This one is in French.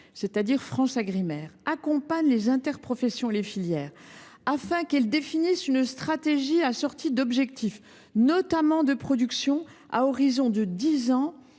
de la mer – FranceAgriMer – accompagne les interprofessions et les filières afin qu’elles définissent une stratégie assortie d’objectifs, notamment de production, à horizon de dix ans,